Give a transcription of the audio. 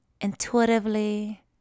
intuitively